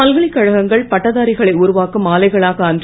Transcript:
பல்கலைக் கழகங்கள் பட்டதாரிகளை உருவாக்கும் ஆலைகளாக அன்றி